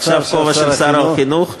עכשיו כובע של שר החינוך,